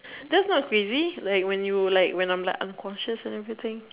that's not crazy like when you like I'm unconscious and everything